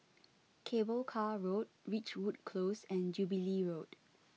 Cable Car Road Ridgewood Close and Jubilee Road